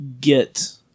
get